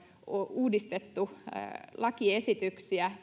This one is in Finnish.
on uudistettu lakiesityksiä